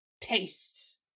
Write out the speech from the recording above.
taste